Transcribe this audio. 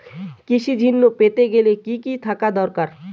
কৃষিঋণ পেতে গেলে কি কি থাকা দরকার?